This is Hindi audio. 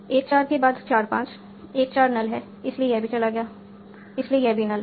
14 के बाद 45 14 null है इसलिए यह भी चला गया इसलिए यह भी null है